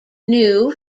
new